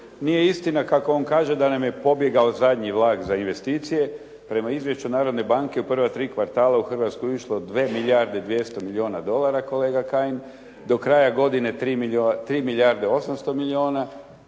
nije istina kako on kaže da nam je pobjegao zadnji vlak za investicije. Prema izvješću Narodne banke u prva tri kvartala u Hrvatsku je išlo 2 milijarde 200 milijuna dolara, kolega Kajin. Do kraja godine 3 milijarde 800 milijuna